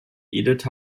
edith